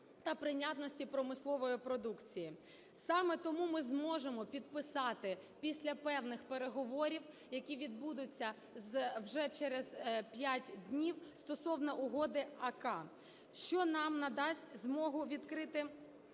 та прийнятності промислової продукції. Саме тому ми зможемо підписати після певних переговорів, які відбудуться вже через 5 днів, стосовно угоди АСАА, що нам надасть змогу відкрити